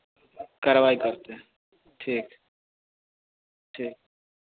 कार्यवाही करते हैं ठीक